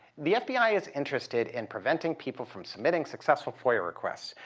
the fbi is interested in preventing people from submitting successful foia requests.